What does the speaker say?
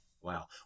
wow